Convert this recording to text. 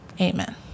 Amen